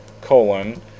colon